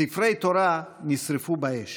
ספרי תורה נשרפו באש